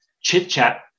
chit-chat